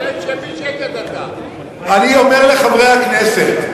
אני אומר לחברי הכנסת,